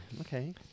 Okay